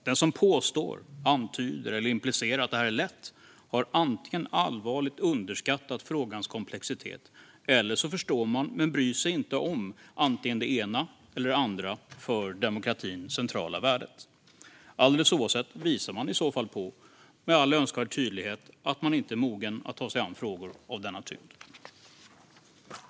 Den som påstår eller antyder att det här är lätt har allvarligt underskattat frågans komplexitet, eller också förstår man men bryr sig inte om vare sig det ena eller det andra för demokratin centrala värdet. Alldeles oavsett visar man i så fall med all önskvärd tydlighet att man inte är mogen att ta sig an frågor av denna tyngd.